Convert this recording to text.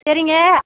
சரிங்க